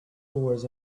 boys